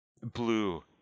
Blue